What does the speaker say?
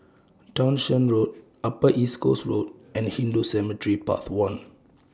Townshend Road Upper East Coast Road and Hindu Cemetery Path one